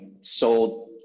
sold